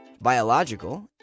biological